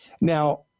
Now